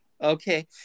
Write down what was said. Okay